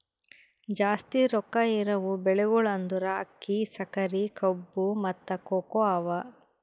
ಜಾಸ್ತಿ ರೊಕ್ಕಾ ಇರವು ಬೆಳಿಗೊಳ್ ಅಂದುರ್ ಅಕ್ಕಿ, ಸಕರಿ, ಕಬ್ಬು, ಮತ್ತ ಕೋಕೋ ಅವಾ